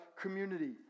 community